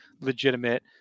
legitimate